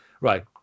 right